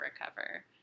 recover